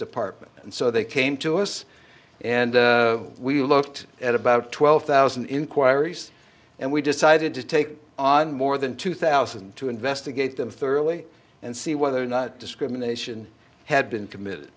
department and so they came to us and we looked at about twelve thousand inquiries and we decided to take on more than two thousand to investigate them thoroughly and see whether or not discrimination had been committed